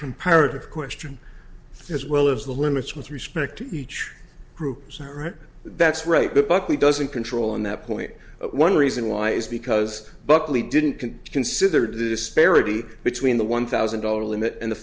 comparative question as well as the limits with respect to each group so her that's right the buckley doesn't control on that point one reason why is because buckley didn't can consider the disparity between the one thousand dollars limit and the